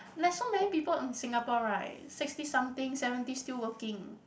there's so many people in Singapore right sixty something seventy still working